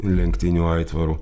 lenktynių aitvaro